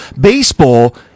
Baseball